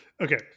okay